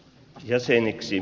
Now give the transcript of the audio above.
jäseniksi